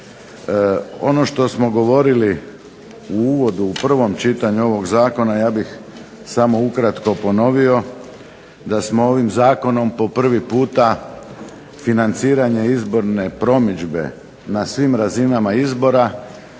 Ono što smo govorili u uvodu u prvom čitanju ovog zakona ja bih samo ukratko ponovio da smo ovim zakonom po prvi puta financiranje izborne promidžbe na svim razinama izbora